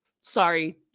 Sorry